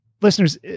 Listeners